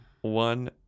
one